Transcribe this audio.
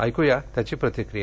ऐक्या त्याची प्रतिक्रिया